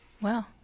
Wow